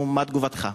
ומה תגובתך.